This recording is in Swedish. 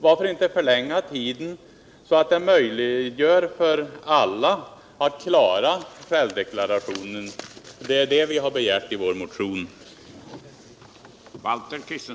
Varför inte förlänga deklarationstiden, så att alla hinner lämna deklarationen i tid? Det är vad vi har begärt i vår motion.